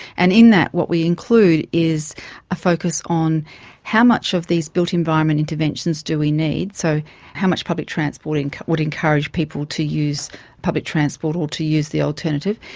and in that what we include is a focus on how much of these built environment interventions do we need, so how much public transport and would encourage people to use public transport or to use the alternative,